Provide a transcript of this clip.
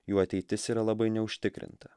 jų ateitis yra labai neužtikrinta